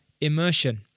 immersion